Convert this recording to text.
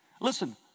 Listen